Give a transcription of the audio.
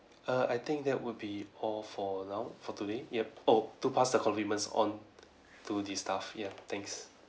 err I think that will be all for now for today yup oh to pass the compliments on to this staff ya thanks